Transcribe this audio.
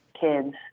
kids